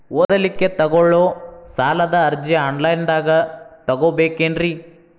ಓದಲಿಕ್ಕೆ ತಗೊಳ್ಳೋ ಸಾಲದ ಅರ್ಜಿ ಆನ್ಲೈನ್ದಾಗ ತಗೊಬೇಕೇನ್ರಿ?